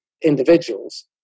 individuals